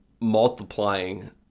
multiplying